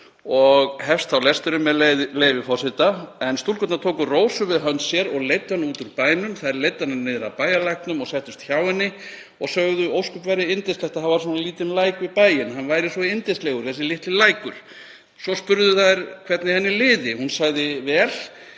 og hefst þá lesturinn, með leyfi forseta: „… en stúlkurnar tóku Rósu við hönd sér og leiddu hana útúr bænum, þær leiddu hana niðrað bæarlæknum og settust hjá henni, og sögðu að ósköp væri yndislegt að hafa svona lítinn læk alveg við bæinn, hann væri svo vinalegur þessi litli lækur. Svo spurðu þær hana hvernig henni liði, og hún sagði: vel,